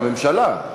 הממשלה.